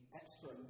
extra